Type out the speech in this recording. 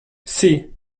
see